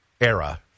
era